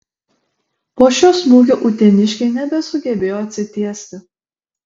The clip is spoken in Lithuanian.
po šio smūgio uteniškiai nebesugebėjo atsitiesti